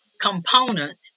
component